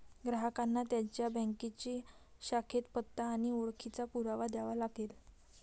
ग्राहकांना त्यांच्या बँकेच्या शाखेत पत्ता आणि ओळखीचा पुरावा द्यावा लागेल